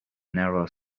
narrow